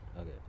Okay